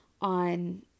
on